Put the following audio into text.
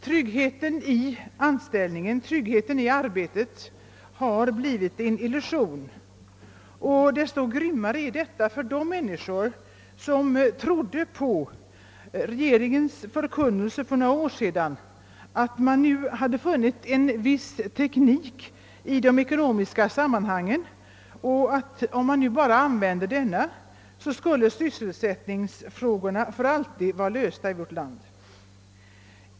Tryggheten i anställningen, tryggheten i arbetet har blivit en illusion. Särskilt grymt är detta för de människor som trodde på regeringens förkunnelse för några år sedan att man kommit fram till en viss teknik i de ekonomiska sammanhangen och om man bara använde denna skulle sysselsättningsfrågorna för alltid vara lösta i vårt land.